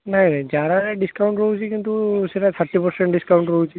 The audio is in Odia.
ନାହିଁ ନାହିଁ ଜାରାରେ ଡିସ୍କାଉଣ୍ଟ ରହୁଛି କିନ୍ତୁ ସେରା ଥାର୍ଟି ପରସେଣ୍ଟ ଡିସ୍କାଉଣ୍ଟ ରହୁଛି